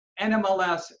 NMLS